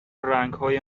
رنگهای